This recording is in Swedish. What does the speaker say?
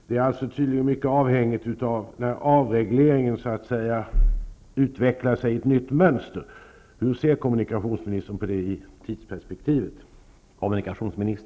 Det är alltså tydligen mycket avhängigt av när avregleringen ger upphov till ett nytt mönster. Hur ser kommunikationsministern på det tidsperspektivet.